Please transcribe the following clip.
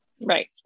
Right